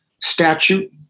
statute